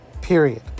Period